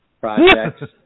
projects